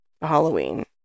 Halloween